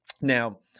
Now